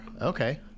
Okay